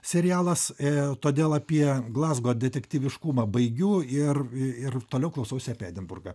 serialas todėl apie glazgo detektyviškumą baigiu ir ir toliau klausausi apie edinburgą